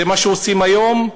זה מה שעושים היום,